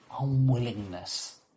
unwillingness